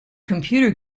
computer